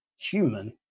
human